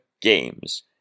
games